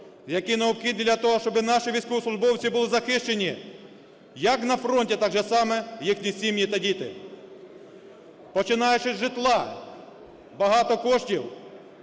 які необхідні для того, щоби наші військовослужбовці були захищені як на фронті, так же само їхні сім'ї та діти. Починаючи з житла, багато коштів